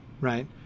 right